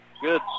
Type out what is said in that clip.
Good